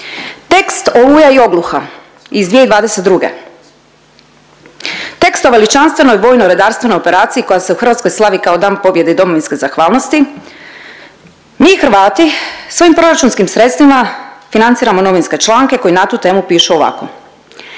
Tekst Oluja i ogluha iz 2022. Tekst o veličanstvenoj vojno-redarstvenoj operaciji koja se u Hrvatskoj slavi kao Dan pobjede i domovinske zahvalnosti, mi Hrvati svojim proračunskim sredstvima financiramo novinske članke koji na tu temu pišu ovako.